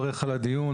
עמותת צלול,